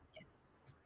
Yes